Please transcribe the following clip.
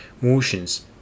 motions